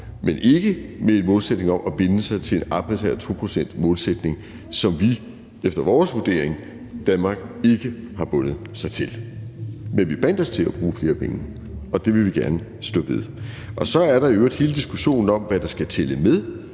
men ikke med en målsætning om at binde sig til en arbitrær 2-procentsmålsætning, som Danmark efter vores vurdering ikke har bundet sig til, men vi bandt os til at bruge flere penge, og det vil vi gerne stå ved. Og så er der i øvrigt hele diskussionen om, hvad der skal tælle med,